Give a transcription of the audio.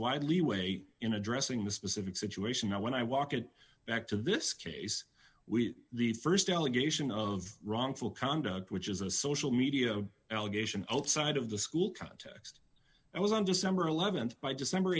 wide leeway in addressing the specific situation when i walk it back to this case we the st allegation of wrongful conduct which is a social media allegation outside of the school context it was on december th by december